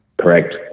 Correct